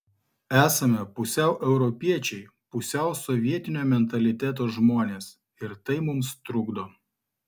esame pusiau europiečiai pusiau sovietinio mentaliteto žmonės ir tai mums trukdo